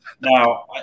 Now